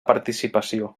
participació